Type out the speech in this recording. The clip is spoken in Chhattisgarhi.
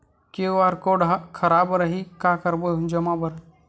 क्यू.आर कोड हा खराब रही का करबो जमा बर?